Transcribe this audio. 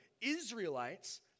Israelites